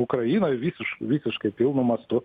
ukrainoj visiškai visiškai pilnu mastu